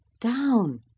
down